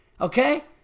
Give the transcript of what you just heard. okay